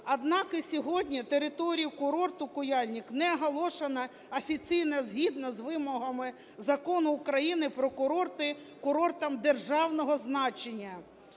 Однак і сьогодні територію курорту Куяльник не оголошено офіційно згідно з вимогами Закону України "Про курорти" курортом державного значення.